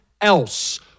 else